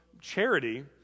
charity